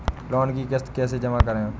Loan की किश्त कैसे जमा करें?